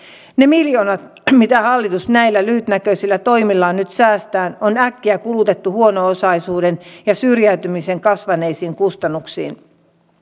ne miljoonat mitä hallitus näillä lyhytnäköisillä toimillaan nyt säästää on äkkiä kulutettu huono osaisuuden ja syrjäytymisen kasvaneisiin kustannuksiin